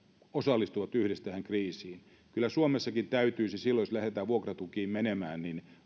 osallistuvat yhdessä tähän kriisiin kyllä suomessakin täytyisi silloin jos lähdetään vuokratukiin menemään